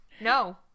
No